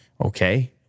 okay